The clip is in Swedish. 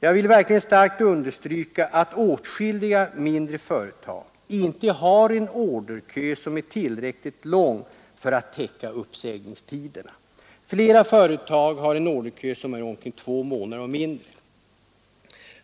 Jag vill verkligen starkt understryka att åtskilliga mindre företag inte har en orderkö som är tillräckligt lång för att täcka uppsägningstiderna. Flera företag har en orderkö som är omkring två månader och mindre.